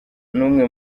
n’umwe